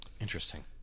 Interesting